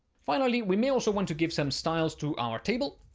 finally, we may also want to give some styles to our table.